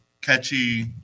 catchy